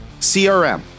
CRM